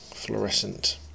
fluorescent